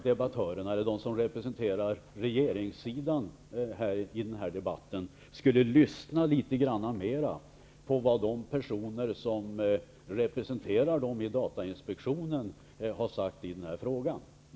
De som representerar regeringssidan i denna debatt skulle lyssna litet mer på vad de personer som representerar dem i datainspektionen har sagt i denna fråga.